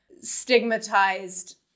stigmatized